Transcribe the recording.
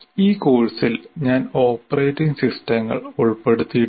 ഈ കോഴ്സിൽ ഞാൻ ഓപ്പറേറ്റിംഗ് സിസ്റ്റങ്ങൾ ഉൾപ്പെടുത്തിയിട്ടില്ല